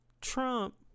Trump